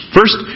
First